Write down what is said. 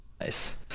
nice